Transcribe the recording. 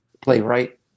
playwright